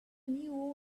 new